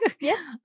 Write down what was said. Yes